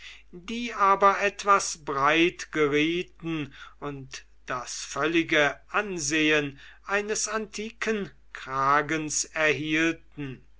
die aber etwas breit gerieten und das völlige ansehen eines antiken kragens erhielten